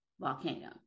volcano